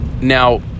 Now